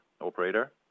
Operator